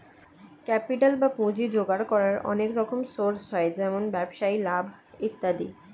capital বা পুঁজি জোগাড় করার অনেক রকম সোর্স হয়, যেমন ব্যবসায় লাভ ইত্যাদি